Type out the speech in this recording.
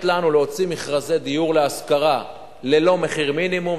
לנו להוציא מכרזי דיור להשכרה ללא מחיר מינימום,